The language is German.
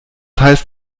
heißt